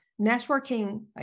networking